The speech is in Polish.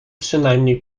przynajmniej